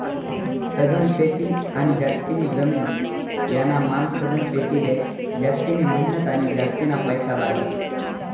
सघन शेती आणि जास्तीनी जमीन यानामान सधन शेतीले जास्तिनी मेहनत आणि जास्तीना पैसा लागस